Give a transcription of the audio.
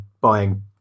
buying